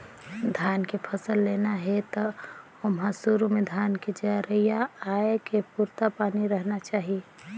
धान के फसल लेना हे त ओमहा सुरू में धान के जरिया आए के पुरता पानी रहना चाही